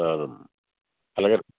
సరే అలాగే